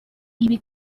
ibi